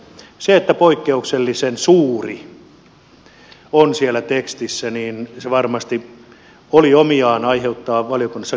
se että poikkeuksellisen suuri on siellä tekstissä varmasti oli omiaan aiheuttamaan valiokunnassa keskustelua